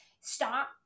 Stop